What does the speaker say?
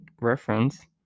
reference